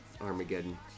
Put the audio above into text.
armageddon